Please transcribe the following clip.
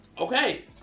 Okay